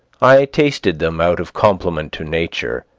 i tasted them out of compliment to nature,